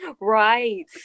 right